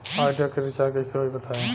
Idea के recharge कइसे होई बताईं?